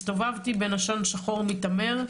הסתובבתי בין עשן שחור מיתמר,